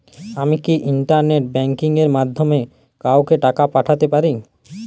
আমি কি internet banking এর মাধ্যমে কাওকে টাকা পাঠাতে পারি?